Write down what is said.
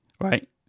Right